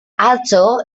atzo